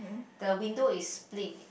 the window is split